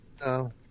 No